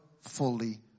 fully